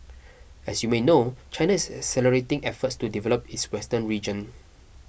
as you may know China is accelerating efforts to develop its western region